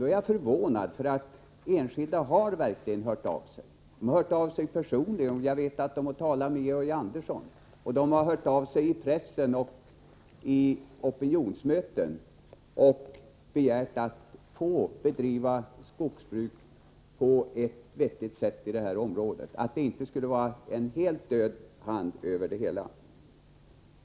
Då är jag förvånad, för enskilda har verkligen hört av sig, personligen. Jag vet att de har talat med Georg Andersson. Enskilda har hört av sig i pressen och i opinionsmöten och begärt att få bedriva skogsbruk på ett vettigt sätt i detta område för att det inte skall ligga en förlamande hand över det hela.